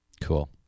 Cool